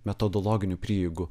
metodologinių prieigų